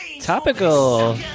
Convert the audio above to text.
topical